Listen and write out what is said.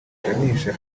iganisha